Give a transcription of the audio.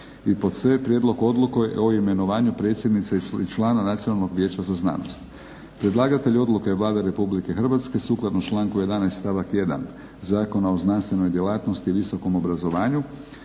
znanost c) Prijedlog odluke o imenovanju predsjednice i člana Nacionalnog vijeća za znanost Predlagatelj odluke je Vlada Republike Hrvatske, sukladno članku 11. stavak 1. Zakona o znanstvenoj djelatnosti i visokom obrazovanju.